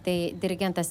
tai dirigentas